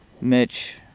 Mitch